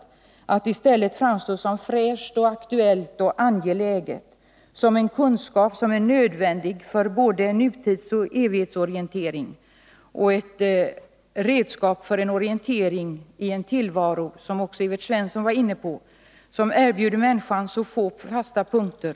I stället skulle det framstå som fräscht, aktuellt och angeläget och som innehållande en kunskap som är nödvändig för både en nutidsoch en evighetsorientering i en tillvaro vilken, som också Evert Svensson var inne på, erbjuder människor så få fasta punkter.